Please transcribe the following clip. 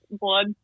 blood